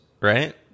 right